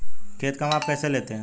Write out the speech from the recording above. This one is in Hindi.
खेत का माप कैसे लेते हैं?